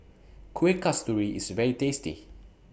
Kuih Kasturi IS very tasty